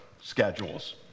schedules